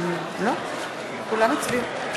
כולם הצביעו.